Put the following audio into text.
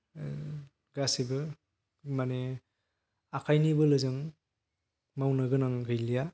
गासैबो माने आखायनि बोलोजों मावनो गोनां गैलिया